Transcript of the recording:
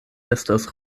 estas